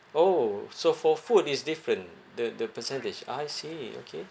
orh so for food is different the the percentage I see okay